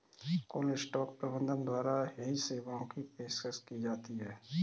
कुछ स्टॉक प्रबंधकों द्वारा हेज सेवाओं की पेशकश की जाती हैं